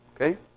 Okay